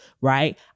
right